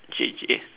J_J